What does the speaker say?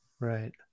Right